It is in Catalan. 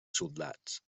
soldats